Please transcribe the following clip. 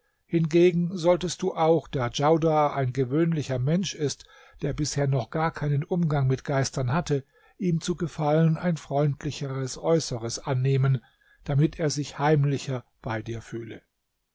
hingegen solltest du auch da djaudar ein gewöhnlicher mensch ist der bisher noch gar keinen umgang mit geistern hatte ihm zu gefallen ein freundlicheres äußeres annehmen damit er sich heimlicher bei dir fühle